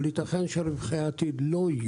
ייתכן שלא יהיו לאדם רווחי עתיד,